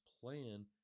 playing